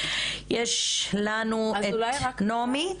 יש לנו את נעמי.